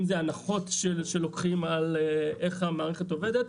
אם זה הנחות שלוקחים על איך המערכת עובדת.